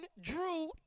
Drew